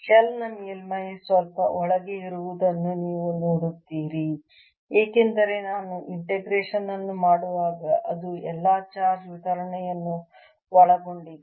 shell ನ ಮೇಲ್ಮೈ ಸ್ವಲ್ಪ ಒಳಗೆ ಇರುವುದನ್ನು ನೀವು ನೋಡುತ್ತೀರಿ ಏಕೆಂದರೆ ನಾನು ಈ ಇಂಟಿಗ್ರೇಷನ್ ಅನ್ನು ಮಾಡುವಾಗ ಅದು ಎಲ್ಲಾ ಚಾರ್ಜ್ ವಿತರಣೆಯನ್ನು ಒಳಗೊಂಡಿದೆ